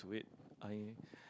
wait I